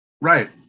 Right